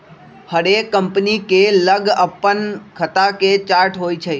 हरेक कंपनी के लग अप्पन खता के चार्ट होइ छइ